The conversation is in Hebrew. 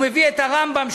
הוא מביא את הרמב"ם,